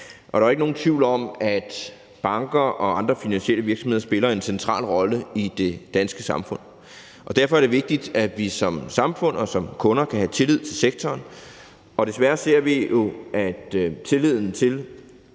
Der er jo ikke nogen tvivl om, at banker og andre finansielle virksomheder spiller en central rolle i det danske samfund, og derfor er det vigtigt, at vi som samfund og som kunder kan have tillid til sektoren. Desværre ser vi jo, at tilliden til